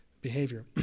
behavior